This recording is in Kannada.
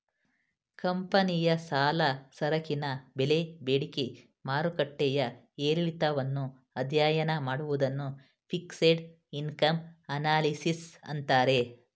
ಕಂಪನಿಯ ಸಾಲ, ಸರಕಿನ ಬೆಲೆ ಬೇಡಿಕೆ ಮಾರುಕಟ್ಟೆಯ ಏರಿಳಿತವನ್ನು ಅಧ್ಯಯನ ಮಾಡುವುದನ್ನು ಫಿಕ್ಸೆಡ್ ಇನ್ಕಮ್ ಅನಲಿಸಿಸ್ ಅಂತಾರೆ